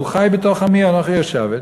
הוא חי, בתוך עמי אנוכי יושבת,